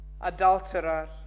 adulterer